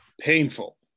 painful